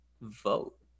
Vote